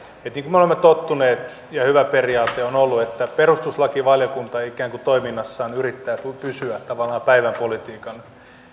niin kuin me olemme tottuneet ja hyvä periaate on ollut perustuslakivaliokunta ikään kuin toiminnassaan yrittää pysyä tavallaan päivänpolitiikan